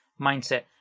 mindset